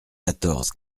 quatorze